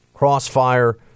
Crossfire